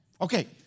Okay